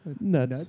nuts